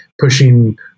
pushing